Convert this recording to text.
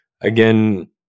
again